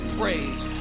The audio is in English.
praise